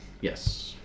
Yes